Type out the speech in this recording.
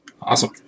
Awesome